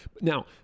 now